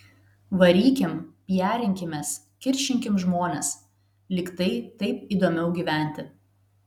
varykim piarinkimės kiršinkim žmones lyg tai taip įdomiau gyventi